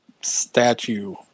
statue